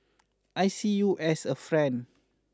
I see you as a friend